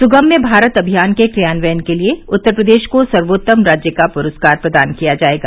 सुगम्य भारत अभियान के क्रियानवयन के लिये उत्तर प्रदेश को सर्वोत्तम राज्य का पुरस्कार प्रदान किया जायेगा